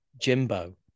Jimbo